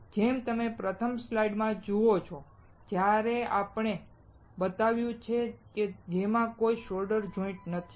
જેમ તમે પ્રથમ સ્લાઇડમાં જુઓ છો આપણે ત્યાં જે બતાવ્યું છે તેમાં કોઈ સોલ્ડર જોઈંટ્સ નથી